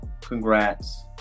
Congrats